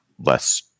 less